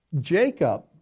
Jacob